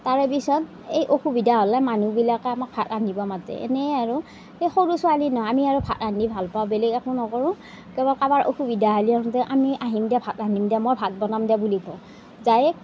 তাৰে পাছত এই অসুবিধা হ'লে মানুহবিলাকে আমাক ভাত ৰান্ধিব মাতে এনেই আৰু এই সৰু ছোৱালী নহয় আমি আৰু ভাত ৰান্ধি ভাল পাওঁ বেলেগ একো নকৰোঁ কেতিয়াবা কাৰোবাৰ অসুবিধা হ'লে আমি আহিম দিয়ওক ভাত ৰান্ধিম দে মই ভাত বনাম দিয়ক বুলি কওঁ